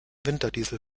winterdiesel